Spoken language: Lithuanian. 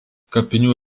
kapinių